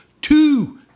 Two